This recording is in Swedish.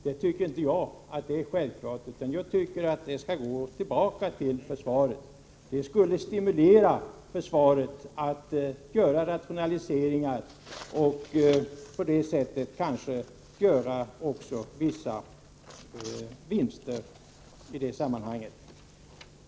Jag tycker inte att det är självklart, utan jag anser att de medlen skall gå tillbaka till försvaret. Det skulle stimulera försvaret att göra rationaliseringar. På det sättet skulle man kanske göra vissa vinster i det sammanhanget.